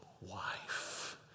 wife